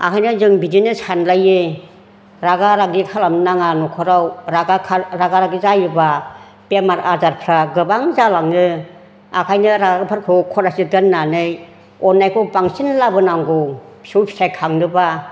ओंखायनो जों बिदिनो सानलायो रागा रागि खालामनो नाङा न'खराव रागा रागि जायोब्ला बेमार आजारफ्रा गोबां जालाङो ओंखायनो रागाफोरखौ खनासे दोननानै अननायखौ बांसिन लाबो नांगौ फिसौ फिथाइ खांनोब्ला